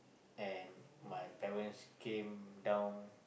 and my parents came down